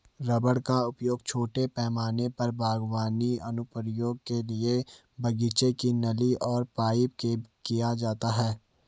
rubber का उपयोग छोटे पैमाने पर बागवानी अनुप्रयोगों के लिए बगीचे की नली और पाइप में किया जाता है